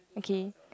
okay